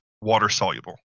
water-soluble